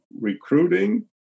recruiting